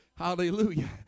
Hallelujah